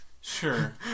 Sure